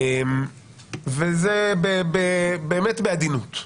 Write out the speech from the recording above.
וזה באמת בעדינות.